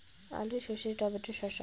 আলু সর্ষে টমেটো শসা